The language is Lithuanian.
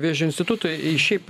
vėžio institutą į šiaip